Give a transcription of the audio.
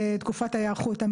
תקופת ההיערכות,